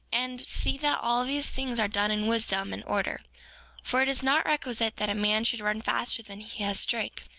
and see that all these things are done in wisdom and order for it is not requisite that a man should run faster than he has strength.